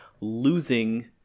losing